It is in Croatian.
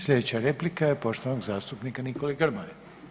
Sljedeća replika je poštovanog zastupnika Nikole Grmoje.